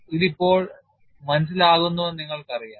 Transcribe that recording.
ഇത് ഇപ്പോൾ മനസ്സിലാക്കുന്നുവെന്ന് നിങ്ങൾക്കറിയാം